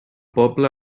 poble